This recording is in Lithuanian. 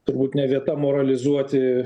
turbūt ne vieta moralizuoti